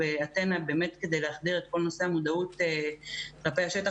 ו"אתנה" באמת כדי להסדיר את כל נושא המודעות כלפי השטח.